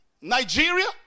Nigeria